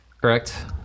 correct